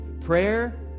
Prayer